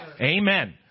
Amen